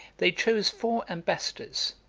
they chose four ambassadors,